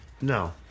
No